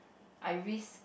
I risk